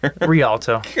Rialto